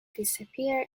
disappear